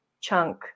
chunk